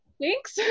thanks